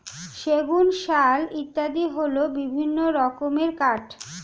সেগুন, শাল ইত্যাদি হল বিভিন্ন রকমের কাঠ